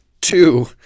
Two